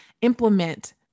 implement